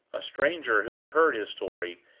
a stranger who had heard his story,